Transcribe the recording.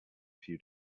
few